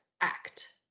Act